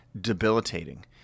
debilitating